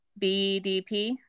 BDP